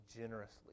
generously